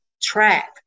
track